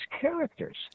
characters